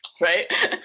right